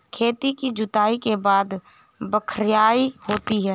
खेती की जुताई के बाद बख्राई होती हैं?